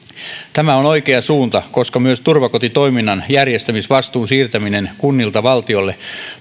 tämä on oikea suunta koska myös turvakotitoiminnan järjestämisvastuun siirtäminen kunnilta valtiolle